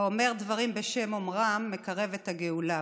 האומר דברים בשם אומרם מקרב את הגאולה,